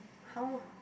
how